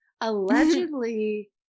allegedly